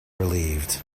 relieved